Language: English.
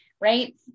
Right